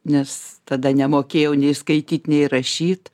nes tada nemokėjau nei skaityt nei rašyt